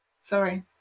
Sorry